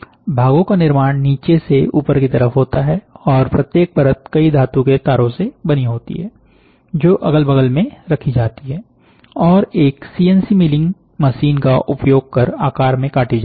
भागो का निर्माण नीचे से ऊपर की तरफ होता है और प्रत्येक परत कई धातु के तारों से बनी होती है जो अगल बगल में रखी जाती हैं और एक सीएनसी मिलिंग मशीन का उपयोग कर आकार में काटी जाती है